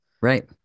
Right